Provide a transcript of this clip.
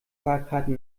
fahrkarten